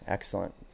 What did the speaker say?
Excellent